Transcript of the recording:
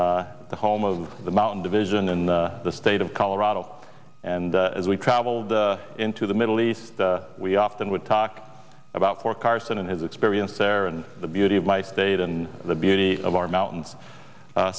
carson the home of the mountain division in the state of colorado and as we traveled into the middle east we often would talk about fort carson and his experience there and the beauty of my state and the beauty of our mountains